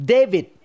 David